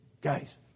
Guys